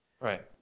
Right